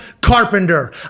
Carpenter